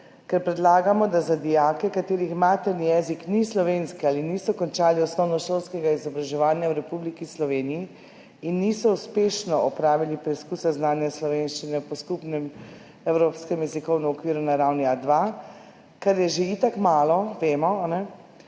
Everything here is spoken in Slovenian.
Ker predlagamo, da za dijake, katerih materni jezik ni slovenski ali niso končali osnovnošolskega izobraževanja v Republiki Sloveniji in niso uspešno opravili preizkusa znanja slovenščine po Skupnem evropskem jezikovnem okviru na ravni A2 – kar je že itak malo, vemo,